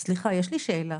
סליחה, יש לי שאלה.